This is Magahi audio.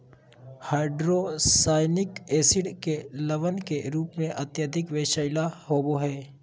हाइड्रोसायनिक एसिड के लवण के रूप में अत्यधिक विषैला होव हई